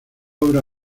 obra